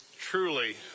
truly